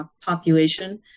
population